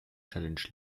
challenge